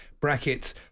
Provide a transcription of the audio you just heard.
Brackets